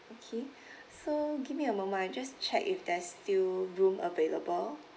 okay so give me a moment I just check if there's still room available